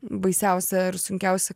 baisiausia ir sunkiausia